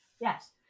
Yes